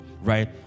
right